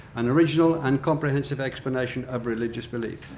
an original and comprehensive explanation of religious belief.